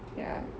ya